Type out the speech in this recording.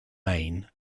maine